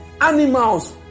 animals